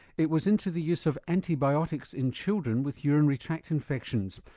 it was into the use of antibiotics in children with urinary tract infections,